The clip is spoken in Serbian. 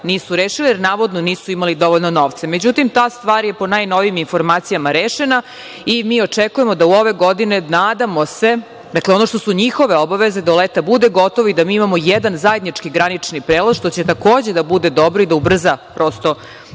nisu rešili, jer navodno nisu imali dovoljno novca.Međutim, ta stvar je, po najnovijim informacijama, rešena i mi očekujemo da ove godine, nadamo se, dakle, ono što su njihove obaveze, da do leta bude gotovo i da mi imamo jedan zajednički granični prelaz, što će, takođe, da bude dobro i da ubrza prosto